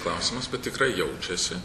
klausimas bet tikrai jaučiasi